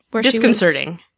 Disconcerting